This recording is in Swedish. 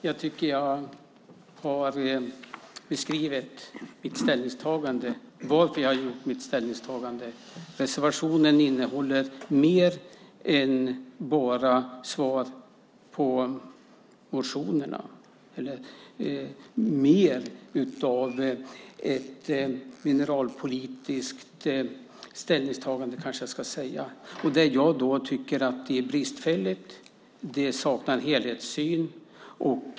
Herr talman! Jag tycker att jag har beskrivit varför jag har gjort mitt ställningstagande. Reservationen innehåller mer än bara svar på motionerna, mer av ett mineralpolitiskt ställningstagande kanske jag ska säga. Jag tycker att det är bristfälligt. Det saknar helhetssyn.